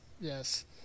Yes